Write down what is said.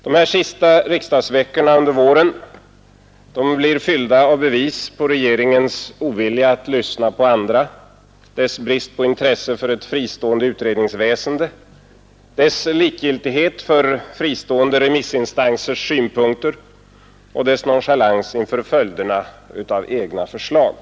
De sista riksdagsveckorna under våren blir fyllda av bevis på regeringens ovilja att lyssna på andra, dess brist på intresse för ett fristående utredningsväsende, dess likgiltighet för fristående remissinstansers synpunkter och dess nonchalans inför följderna av egna förslag.